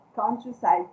countryside